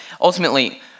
Ultimately